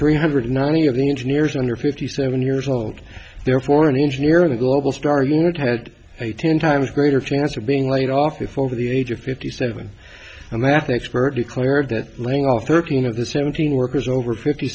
three hundred ninety of engineers under fifty seven years old therefore an engineer in a global star unit had a ten times greater chance of being laid off before the age of fifty seven a math expert declared that laying off thirteen of the seventeen workers over fifty